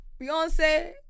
Beyonce